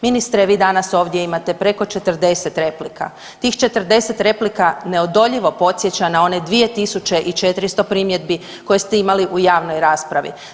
Ministre, vi danas ovdje imate preko 40 replika, tih 40 replika neodoljivo podsjeća na one 2400 primjedbi koje ste imali u javnoj raspravi.